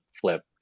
flip